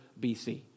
BC